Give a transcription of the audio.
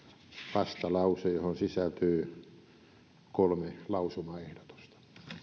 vastalause johon sisältyy kolme lausumaehdotusta